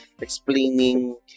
explaining